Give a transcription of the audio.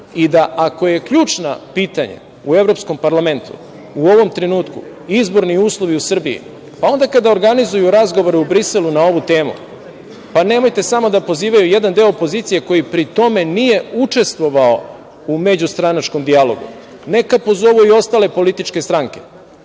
i da ako je ključno pitanje u Evropskom parlamentu u ovom trenutku izborni uslovi u Srbiji, pa onda kada organizuju razgovore u Briselu na ovu temu, nemojte da pozivaju samo jedan deo opozicije koji, pri tome nije učestvovao u međustranačkom dijalogu, neka pozovu i ostale političke stranke.